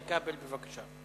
חבר הכנסת איתן כבל, בבקשה.